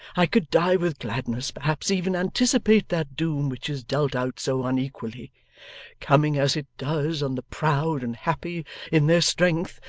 i could die with gladness perhaps even anticipate that doom which is dealt out so unequally coming, as it does, on the proud and happy in their strength,